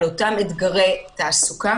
על אותם אתגרי תעסוקה